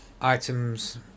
items